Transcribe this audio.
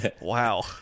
Wow